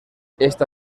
esta